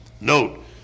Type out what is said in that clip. Note